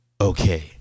okay